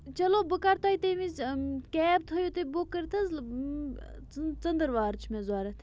چلو بہٕ کَرٕ تۄہہِ تَمۍ وِزِ کیب تھٲیِو تُہۍ بُک کٔرِتھ حظ ژٔنٛدٕر وار چھِ مےٚ ضوٚرتھ